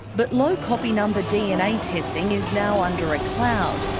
but low copy number dna testing is now under a cloud.